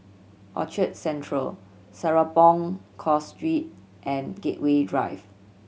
Orchard Central Serapong Course Road and Gateway Drive